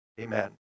Amen